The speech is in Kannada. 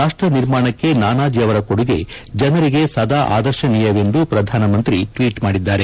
ರಾಷ್ಟ ನಿರ್ಮಾಣಕ್ಕೆ ನಾನಾಜಿ ಅವರ ಕೊಡುಗೆ ಜನರಿಗೆ ಸದಾ ಆದರ್ಶನೀಯವೆಂದು ಪ್ರಧಾನಿ ಟ್ವೀಟ್ ಮಾಡಿದ್ದಾರೆ